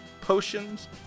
potions